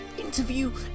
Interview